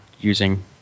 using